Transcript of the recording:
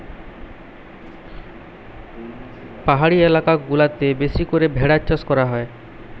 পাহাড়ি এলাকা গুলাতে বেশি করে ভেড়ার চাষ করা হয়